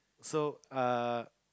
so err